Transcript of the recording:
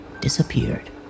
disappeared